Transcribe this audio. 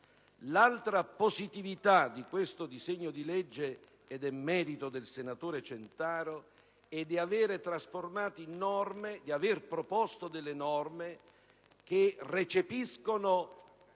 L'altra positività di questo disegno di legge, ed è merito del senatore Centaro, è di aver proposto norme che recepiscono